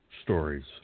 Stories